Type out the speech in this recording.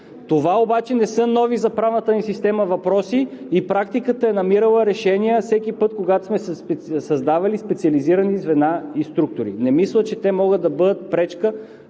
Това обаче не са нови за правната ни система въпроси и практиката е намирала решения всеки път, когато сме създавали специализирани звена и структури. Не мисля, че те могат да бъдат пречка